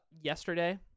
yesterday